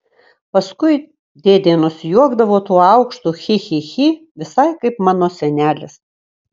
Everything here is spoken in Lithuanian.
paskui dėdė nusijuokdavo tuo aukštu chi chi chi visai kaip mano senelis